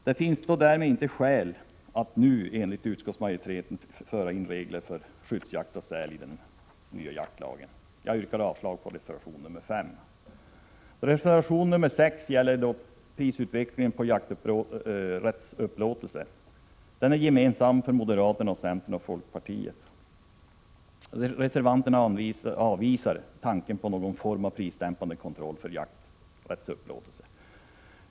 Det finns därmed inte skäl för att de nuvarande reglerna om skyddsjakt på säl förs in i den nya jaktlagen. Jag yrkar avslag på reservation 5. Reservation 6 gäller prisutvecklingen på jakträttsupplåtelser, och den är gemensam för moderaterna, centern och folkpartiet. Reservanterna avvisar tanken på någon form av prisdämpande kontroll för jakträttsupplåtelser.